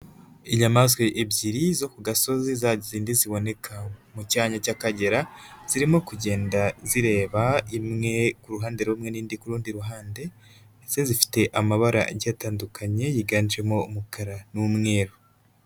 Inyamaswa ebyiri zo ku gasozi zazindi ziboneka mu cyanya cy'Akagera, zirimo kugenda zireba, imwe ku ruhande rumwe n'indi kuru rundi ruhande, ndetse zifite amabara atandukanye yiganjemo umukara n'umweru.